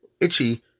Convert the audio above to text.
itchy